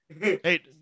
Hey